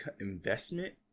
investment